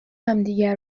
همدیگه